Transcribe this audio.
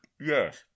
Yes